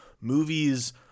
movies